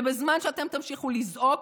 ובזמן שאתם תמשיכו לזעוק,